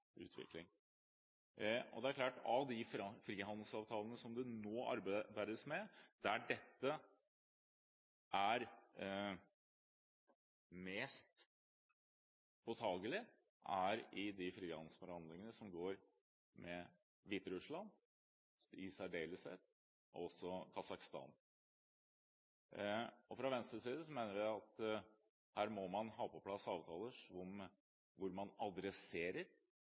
Av de frihandelsavtaler som det nå arbeides med – og der dette er mest påtakelig – gjelder dette frihandelsavtaleforhandlingene som pågår med Hviterussland i særdeleshet og med Kasakhstan. Fra Venstres side mener vi at man her må få på plass avtaler hvor man adresserer